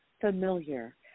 familiar